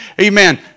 amen